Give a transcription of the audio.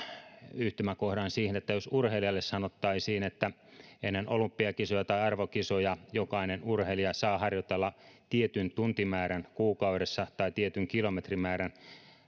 yhtymäkohdan siihen että jos urheilijalle sanottaisiin että ennen olympiakisoja tai arvokisoja jokainen urheilija saa harjoitella tietyn tuntimäärän kuukaudessa tai tietyn kilometrimäärän